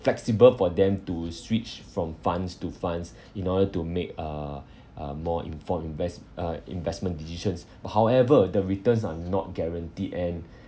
flexible for them to switch from funds to funds in order to make uh uh more informed invest uh investment decisions but however the returns are not guaranteed and